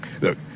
Look